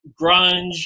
grunge